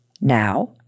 now